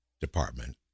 department